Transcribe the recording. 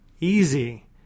Easy